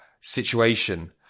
situation